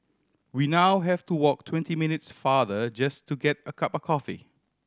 we now have to walk twenty minutes farther just to get a cup of coffee